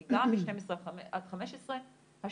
כי גם ב-12 עד 15 השיעור,